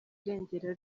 irengero